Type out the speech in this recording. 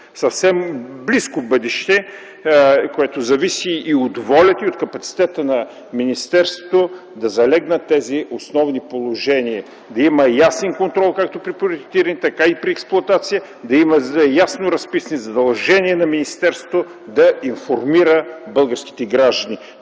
съвсем близко бъдеще, което зависи от волята и капацитета на министерството – да залегнат тези основни положения, да има ясен контрол както при проектирането, така и при експлоатацията, да има ясно разписани задължения на министерството да информира българските граждани.